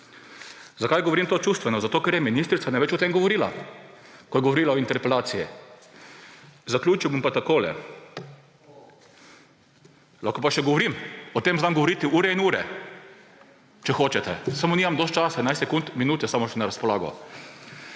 Zakaj govorim to čustveno? Zato, ker je ministrica največ o tem govorila, ko je govorila o interpelaciji. Zaključil bom pa takole, lahko pa še govorim, o tem znam govoriti ure in ure, če hočete, samo nimam dovolj časa, 11 minut je samo še na razpolago.